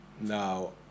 Now